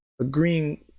agreeing